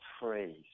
phrase